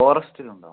ഫോറസ്റ്റിൽ ഉണ്ടോ